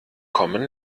kommen